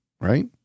right